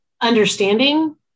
understanding